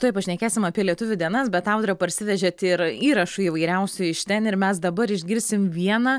tuoj pašnekėsim apie lietuvių dienas bet audra parsivežėt ir įrašų įvairiausių iš ten ir mes dabar išgirsim vieną